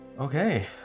Okay